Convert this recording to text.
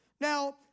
Now